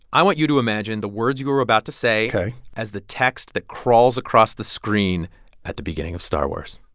i want you to imagine the words you are about to say. ok. as the text that crawls across the screen at the beginning of star wars.